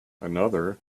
another